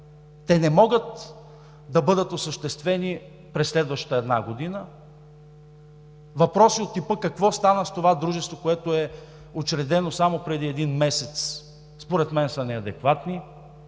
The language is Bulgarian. Те не могат да бъдат осъществени през следващата една година. Въпроси от типа „Какво стана с това дружество, което е учредено само преди един месец?“, според мен са неадекватни.